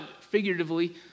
figuratively